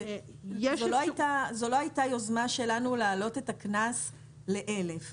זו לא הייתה יוזמה שלנו להעלות את גובה הקנס ל-1,000 שקלים.